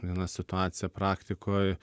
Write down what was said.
viena situacija praktikoj